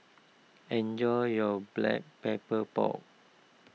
enjoy your Black Pepper Pork